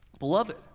Beloved